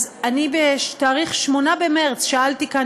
אז אני ב-8 במרס שאלתי כאן,